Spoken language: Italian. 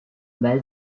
bel